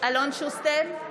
אלון שוסטר,